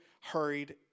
hurried